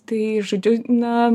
tai žodžiu na